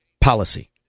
policy